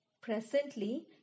Presently